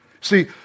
See